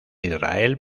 israel